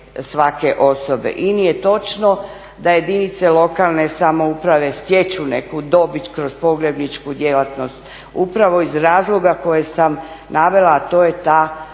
I nije točno da jedinice lokalne samouprave stječu neku dobit kroz pogrebničku djelatnost upravo iz razloga koje sam navela, a to je taj